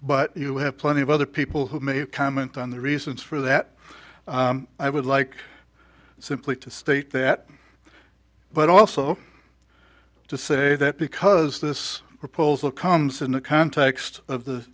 but you have plenty of other people who may comment on the reasons for that i would like simply to state that but also to say that because this proposal comes in the context of the